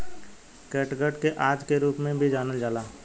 catgut के आंत के रूप में भी जानल जाला